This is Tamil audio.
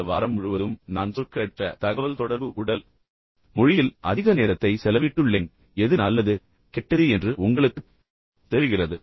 இந்த வாரம் முழுவதும் நான் சொற்களற்ற தகவல்தொடர்பு உடல் மொழியில் அதிக நேரத்தை செலவிட்டுள்ளேன் இதனால் உங்களுக்கு ஒரு விழிப்புணர்வு உருவாக்கப்படுகிறது மேலும் எது நல்லது கெட்டது என்று உங்களுக்குத் தெரிகிறது